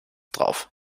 drauf